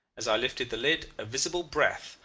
as i lifted the lid a visible breath,